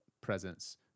presence